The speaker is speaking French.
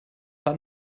pas